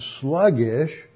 sluggish